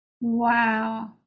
Wow